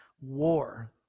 war